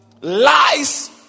Lies